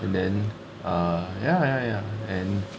and then um ya ya ya and